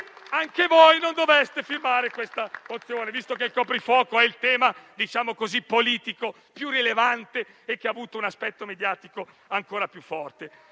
anche voi non dobbiate firmare questo ordine del giorno, visto che il coprifuoco è il tema politico più rilevante, che ha avuto un aspetto mediatico più forte.